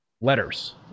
letters